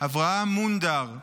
אברהם מונדר,